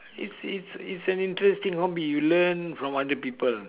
it's it's it's an interesting hobby you learn from other people